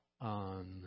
on